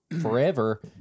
forever